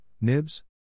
Nibs